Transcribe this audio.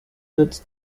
nützt